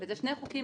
וזה שני חוקים